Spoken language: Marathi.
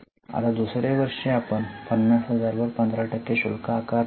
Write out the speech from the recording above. आता दुसर्या वर्षी आपण 50000 वर 15 टक्के शुल्क आकारणार नाही